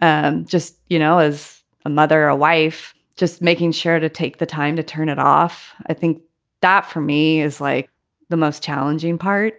and just, you know, as a mother or a wife, just making sure to take the time to turn it off. i think that for me is like the most challenging part